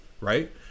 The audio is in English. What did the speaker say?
right